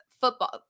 football